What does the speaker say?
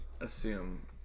assume